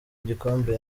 igikombe